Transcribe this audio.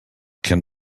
can